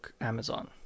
Amazon